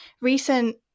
recent